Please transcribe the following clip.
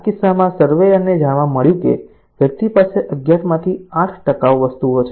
આ કિસ્સામાં સર્વેયરને જાણવા મળ્યું કે વ્યક્તિ પાસે 11 માંથી 8 ટકાઉ વસ્તુઓ છે